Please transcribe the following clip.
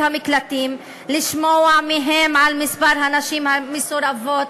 המקלטים לשמוע מהם על מספר הנשים המסורבות,